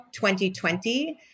2020